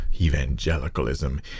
evangelicalism